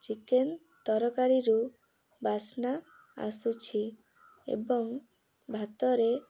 chicken ତରକାରୀରୁ ବାସ୍ନା ଆସୁଛି ଏବଂ ଭାତରେ